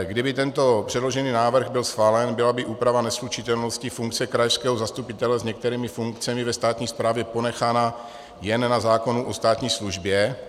Kdyby tento předložený návrh byl schválen, byla by úprava neslučitelnosti funkce krajského zastupitele s některými funkcemi ve státní správě ponechána jen na zákonu o státní službě.